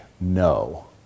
No